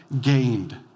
gained